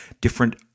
different